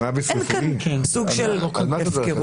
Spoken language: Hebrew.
אין כאן סוג של הפקרות.